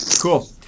cool